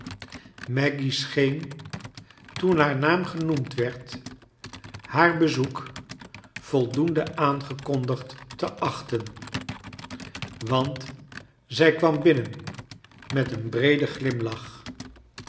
en haar naam genoemd werd haar bezoek voldoende aangekondigd te achten want zij kwam binnen met een breeden glimlach